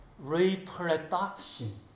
reproduction